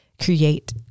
create